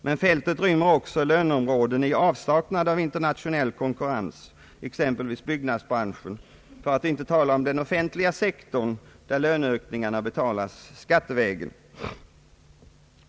Men fältet rymmer också löneområden i avsaknad av internationell konkurrens, exempelvis byggnadsbranschen för att inte tala om den offentliga sektorn, där löneökningarna betalas skattevägen.